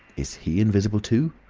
is he invisible too?